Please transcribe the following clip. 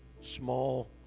small